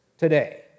today